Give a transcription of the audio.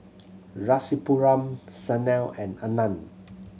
Rasipuram Sanal and Anand